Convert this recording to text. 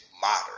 modern